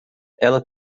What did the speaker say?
ela